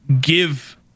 give